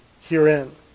herein